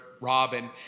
Robin